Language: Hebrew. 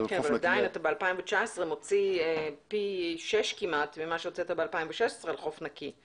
עדיין אתה ב-2019 מוציא פי שש כמעט ממה שהוצאת ב-2016 על חוף נקי.